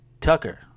Tucker